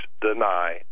deny